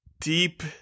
deep